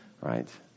right